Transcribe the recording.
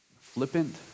flippant